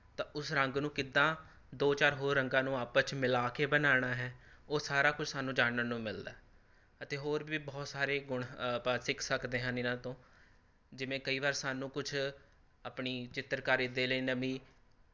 ਤਾਂ ਉਸ ਰੰਗ ਨੂੰ ਕਿੱਦਾਂ ਦੋ ਚਾਰ ਹੋਰ ਰੰਗਾਂ ਨੂੰ ਆਪਸ 'ਚ ਮਿਲਾ ਕੇ ਬਣਾਉਣਾ ਹੈ ਉਹ ਸਾਰਾ ਕੁਝ ਸਾਨੂੰ ਜਾਣਨ ਨੂੰ ਮਿਲਦਾ ਅਤੇ ਹੋਰ ਵੀ ਬਹੁਤ ਸਾਰੇ ਗੁਣ ਆਪਾਂ ਸਿੱਖ ਸਕਦੇ ਹਨ ਇਨ੍ਹਾਂ ਤੋਂ ਜਿਵੇਂ ਕਈ ਵਾਰ ਸਾਨੂੰ ਕੁਛ ਆਪਣੀ ਚਿੱਤਰਕਾਰੀ ਦੇ ਲਈ ਨਵੀਂ